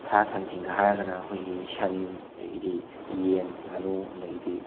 ꯁꯥ ꯁꯟꯁꯤꯡꯗ ꯍꯥꯏꯔꯒꯅ ꯑꯩꯈꯣꯏꯒꯤ ꯁꯟ ꯑꯗꯒꯤꯗꯤ ꯌꯦꯟ ꯉꯥꯅꯨ ꯑꯗꯒꯤꯗꯤ